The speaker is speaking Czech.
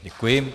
Děkuji.